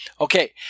Okay